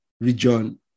region